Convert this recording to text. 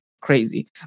crazy